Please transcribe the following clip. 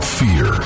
fear